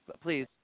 please